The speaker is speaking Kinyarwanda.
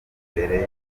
mbere